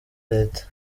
reta